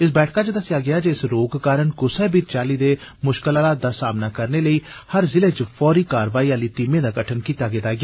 इस बैठक च दस्सेआ गेआ जे इस रोग कारण कुसै बी चाल्ली दे मुश्कल हालात दा सामना करने लेई हर जिले च फौरी कारवाई आहली टीमें दा गठन कीता गेदा ऐ